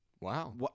Wow